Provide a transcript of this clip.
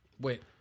Wait